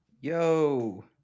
Yo